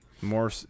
More